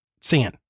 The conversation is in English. sin